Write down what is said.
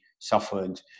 suffered